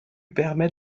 permet